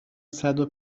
صدو